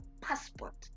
passport